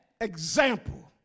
example